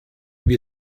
wir